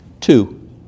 Two